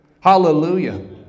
Hallelujah